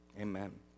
amen